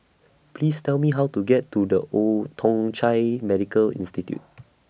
Please Tell Me How to get to The Old Thong Chai Medical Institute